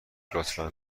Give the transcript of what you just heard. لطفا